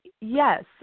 Yes